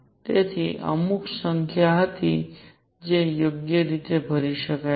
તેથી અમુક સંખ્યા હતી જે યોગ્ય રીતે ભરી શકાય છે